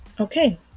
Okay